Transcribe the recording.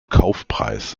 kaufpreis